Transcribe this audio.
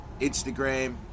Instagram